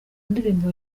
ndirimbo